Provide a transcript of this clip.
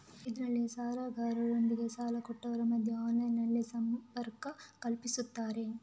ಇದ್ರಲ್ಲಿ ಸಾಲಗಾರರೊಂದಿಗೆ ಸಾಲ ಕೊಟ್ಟವರ ಮಧ್ಯ ಆನ್ಲೈನಿನಲ್ಲಿ ಸಂಪರ್ಕ ಕಲ್ಪಿಸ್ತಾರೆ